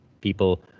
people